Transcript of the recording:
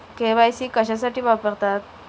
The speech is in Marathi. के.वाय.सी कशासाठी वापरतात?